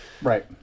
Right